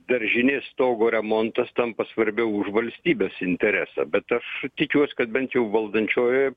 daržinės stogo remontas tampa svarbiau už valstybės interesą bet aš tikiuos kad bent jau valdančiojoje